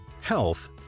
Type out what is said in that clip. health